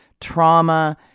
trauma